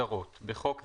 "הגדרות 1. בחוק זה,